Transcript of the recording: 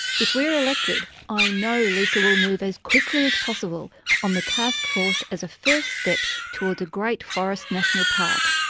if we are elected, i know lisa will move as quickly as possible on the taskforce as a first step towards a great forest national park.